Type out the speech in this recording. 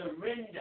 surrender